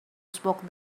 spoke